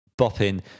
bopping